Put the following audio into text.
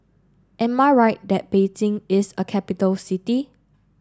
am I right that Beijing is a capital city